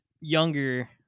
younger